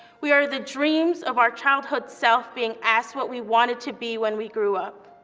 we are the dreams of our childhood self being asked what we wanted to be when we grew up.